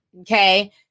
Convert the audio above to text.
okay